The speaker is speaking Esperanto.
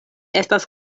estas